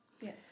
Yes